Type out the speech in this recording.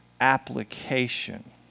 application